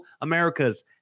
America's